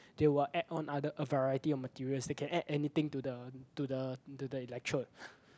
they will add on other a variety of materials they can add anything to the to the into the electrode